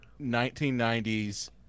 1990s